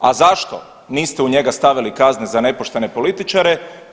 A zašto niste u njega stavili kazne za nepoštene političare?